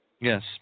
Yes